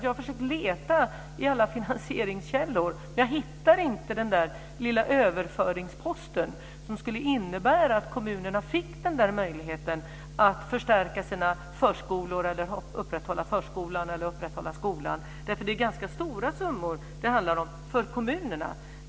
Jag har försökt att leta i alla finansieringskällor, men jag hittar inte den lilla överföringspost som skulle innebära att kommunerna fick möjligheten att förstärka sina förskolor, upprätthålla förskolan eller upprätthålla skolan. Det är ganska stora summor det handlar om för kommunerna.